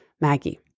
Maggie